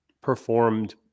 performed